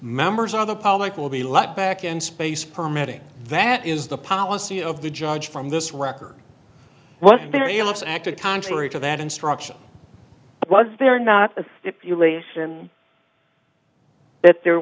members of the public will be let back in space permitting that is the policy of the judge from this record was very let's acted contrary to that instruction was there not a stipulation that there